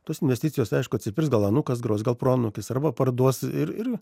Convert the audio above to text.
tos investicijos aišku atsipirks gal anūkas gros gal proanūkis arba parduos ir